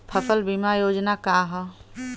फसल बीमा योजना का ह?